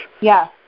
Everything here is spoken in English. Yes